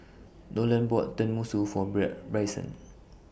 Nolen bought Tenmusu For Bread Bryson